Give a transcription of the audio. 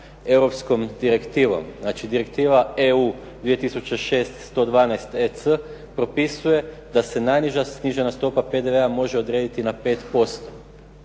europskom direktivom. Znači direktiva EU 2006. 112 EC propisuje da se najniža snižena stopa PDV-a može odrediti na 5%.